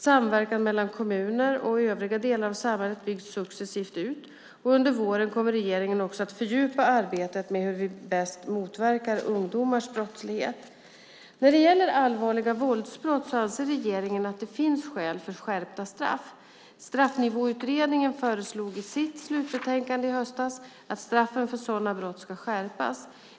Samverkan mellan polisen, kommuner och övriga delar av samhället byggs successivt ut. Under våren kommer regeringen också att fördjupa arbetet med hur vi bäst motverkar ungdomars brottslighet. Vad gäller allvarliga våldsbrott anser regeringen att det finns skäl för skärpta straff. Straffnivåutredningen föreslog i sitt slutbetänkande i höstas att straffen för sådana brott ska skärpas.